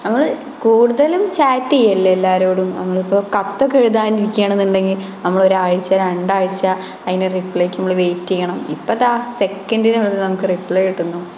അത് കൂടുതലും ചാറ്റ് ചെയ്യുകയല്ലേ എല്ലാവരോടും നമ്മളിപ്പോൾ കത്ത് ഒക്കെ എഴുതാനിരിക്കുകയാണെന്നുണ്ടെങ്കിൽ നമ്മൾ ഒരാഴ്ച രണ്ടാഴ്ച അതിനു റീപ്ലേക്ക് നമ്മൾ വെയിറ്റ് ചെയ്യണം ഇപ്പോൾ ദാ സെക്കന്റിനുള്ളില് നമുക്ക് റിപ്ലെ കിട്ടുന്നു